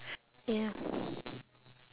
ya